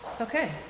Okay